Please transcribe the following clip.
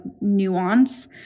nuance